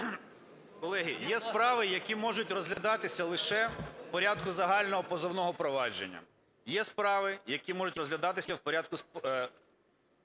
Колеги, є справи, які можуть розглядатися лише в порядку загального позовного провадження,